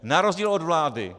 Na rozdíl od vlády.